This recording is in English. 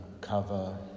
cover